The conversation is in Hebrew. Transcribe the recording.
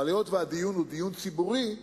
אבל היות שהדיון הוא דיון ציבורי,